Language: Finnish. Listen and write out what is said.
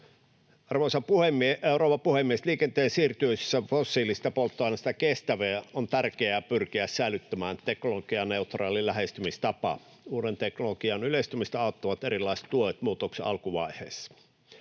Arvoisa rouva puhemies! Liikenteen siirtyessä fossiilisista polttoaineista kestäviin on tärkeää pyrkiä säilyttämään teknologianeutraali lähestymistapa. Uuden teknologian yleistymistä auttavat erilaiset tuet muutoksen alkuvaiheessa.